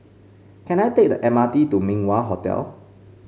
can I take the M R T to Min Wah Hotel